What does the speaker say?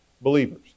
believers